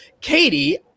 Katie